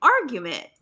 argument